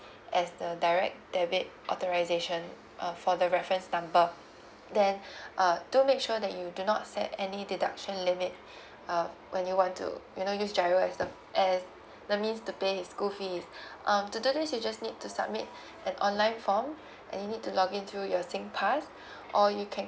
as the direct debit authorisation uh for the reference number then uh do make sure that you do not set any deduction limit uh when you want to you know use giro as the as the means to pay his school fees um to do this you just need to submit an online form and you need to log in to your singpass or you can